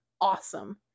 awesome